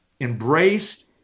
embraced